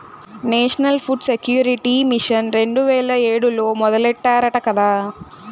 national food security mission రెండు వేల ఏడులో మొదలెట్టారట కదా